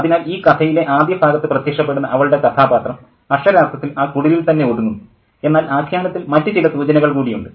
അതിനാൽ ഈ കഥയിലെ ആദ്യ ഭാഗത്ത് പ്രത്യക്ഷപ്പെടുന്ന അവളുടെ കഥാപാത്രം അക്ഷരാർത്ഥത്തിൽ ആ കുടിലിൽ തന്നെ ഒതുങ്ങുന്നു എന്നാൽ ആഖ്യാനത്തിൽ മറ്റ് ചില സൂചനകൾ കൂടിയുണ്ട്